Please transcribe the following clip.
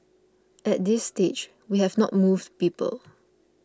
at this stage we have not moved people